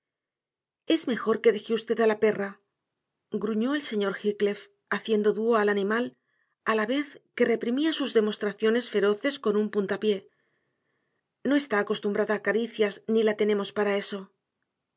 es mejor que deje usted a la perra gruñó el señor heathcliff haciendo dúo al animal a la vez que reprimía sus demostraciones feroces con un puntapié no está acostumbrada a caricias ni la tenemos para eso